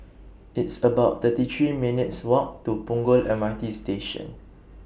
It's about thirty three minutes' Walk to Punggol M R T Station